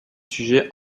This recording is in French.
sujet